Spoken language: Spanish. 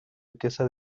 riqueza